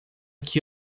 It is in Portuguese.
que